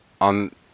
on